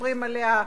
שמדברים עליה,